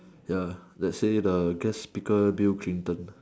ya let's say the guest speaker build kingdom